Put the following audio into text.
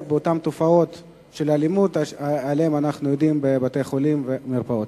בתופעות האלימות שאנחנו עדים להן בבתי-חולים ובמרפאות.